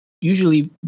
usually